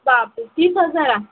बापरे तीस हजार